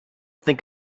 think